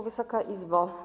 Wysoka Izbo!